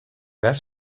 gas